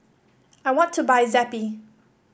I want to buy Zappy